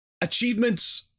achievements